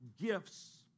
gifts